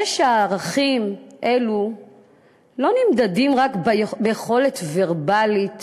הרי ערכים אלו לא נמדדים רק ביכולת ורבלית